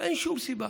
אין שום סיבה.